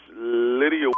Lydia